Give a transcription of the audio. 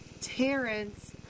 Terrence